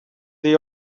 they